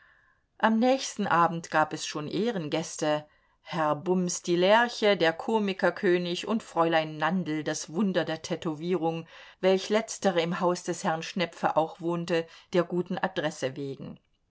am nächsten abend gab es schon ehrengäste herr bums die lerche der komikerkönig und fräulein nandl das wunder der tätowierung welch letztere im haus des herrn schnepfe auch wohnte der guten adresse wegen